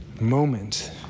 moment